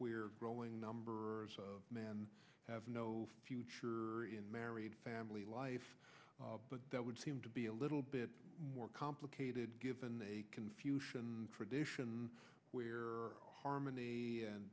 where growing numbers of men have no future in married family life but that would seem to be a little bit more complicated given a confucian tradition where harmony and